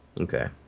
Okay